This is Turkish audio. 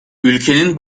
ülkenin